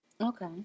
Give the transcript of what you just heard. Okay